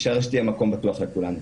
ושהרשת תהיה מקום בטוח לכולנו.